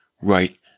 right